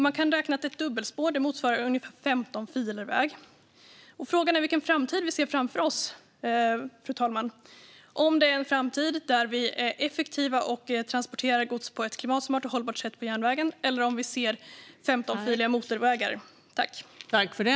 Man kan räkna med att ett dubbelspår motsvarar ungefär 15 filer väg. Frågan är vilken framtid vi ser framför oss. Är det en framtid där vi är effektiva och transporterar gods på ett klimatsmart och hållbart sätt på järnvägen, eller ser vi 15-filiga motorvägar framför oss?